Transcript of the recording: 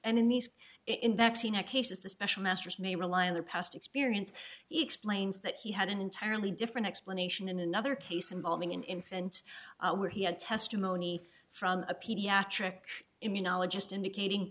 that cases the special masters may rely on their past experience explains that he had an entirely different explanation in another case involving an infant where he had testimony from a pediatric immunologist indicating